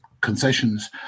concessions